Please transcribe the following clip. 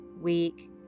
week